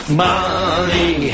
money